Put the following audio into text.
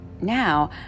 now